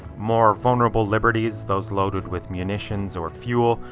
more vulnerable liberties, those loaded with munitions or fuel,